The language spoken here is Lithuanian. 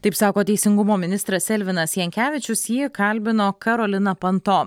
taip sako teisingumo ministras elvinas jankevičius jį kalbino karolina panto